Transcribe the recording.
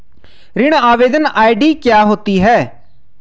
ऋण आवेदन आई.डी क्या होती है?